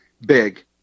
Big